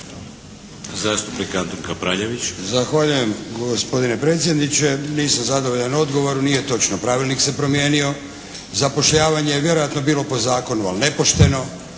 Zastupnik Antun Kapravljević.